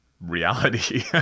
reality